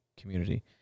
community